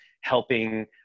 helping